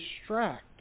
distract